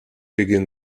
begin